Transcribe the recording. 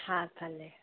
हा भले